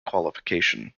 qualification